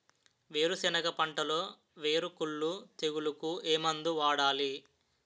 వేరుసెనగ పంటలో వేరుకుళ్ళు తెగులుకు ఏ మందు వాడాలి?